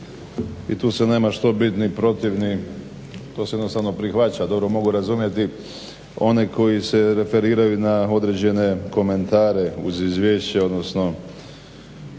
i tu se nema što biti ni protiv, to se jednostavno prihvaća. Dobro mogu razumjeti one koji se referiraju na određene komentare uz izvješće odnosno